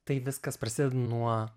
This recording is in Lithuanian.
tai viskas prasideda nuo